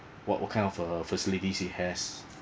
what what kind of uh facilities it has